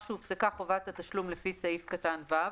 שהופסקה חובת התשלום לפי סעיף קטן (ו),